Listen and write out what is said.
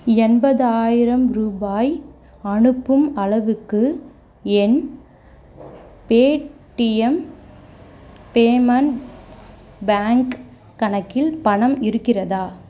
எண்பதாயிரம் ரூபாய் அனுப்பும் அளவுக்கு என் பேடிஎம் பேமெண்ட்ஸ் பேங்க் கணக்கில் பணம் இருக்கிறதா